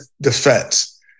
defense